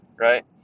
right